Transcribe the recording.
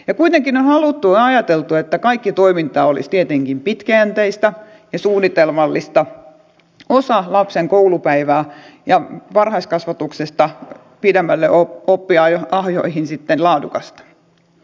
ja kuitenkin on haluttu ja ajateltu että kaikki toiminta olisi tietenkin pitkäjänteistä ja suunnitelmallista osa lapsen koulupäivää ja varhaiskasvatuksesta pidemmälle opinahjoihin sitten laadukasta